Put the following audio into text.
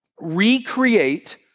recreate